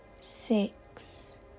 six